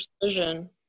precision